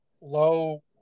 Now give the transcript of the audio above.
low